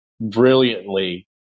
brilliantly